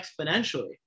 exponentially